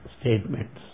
statements